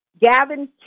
Gavin